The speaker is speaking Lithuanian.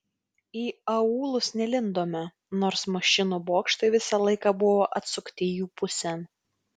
į aūlus nelindome nors mašinų bokštai visą laiką buvo atsukti jų pusėn